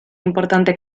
importante